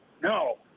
no